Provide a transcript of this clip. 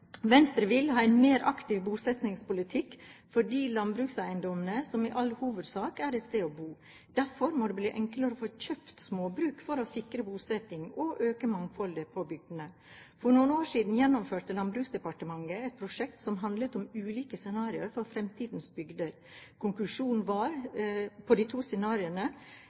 Venstre vil ha en mer aktiv bosettingspolitikk for de landbrukseiendommene som i all hovedsak er et sted å bo. Derfor må det bli enklere å få kjøpt småbruk for å sikre bosetting og øke mangfoldet på bygdene. For noen år siden gjennomførte Landbruksdepartementet et prosjekt som handlet om ulike scenarioer for fremtidens bygder. Konklusjonen var at det er to